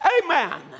Amen